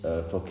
ya